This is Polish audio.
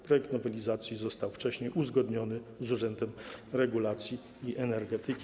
Projekt nowelizacji został wcześniej uzgodniony z Urzędem Regulacji Energetyki.